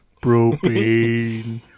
propane